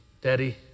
Daddy